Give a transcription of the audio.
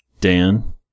Dan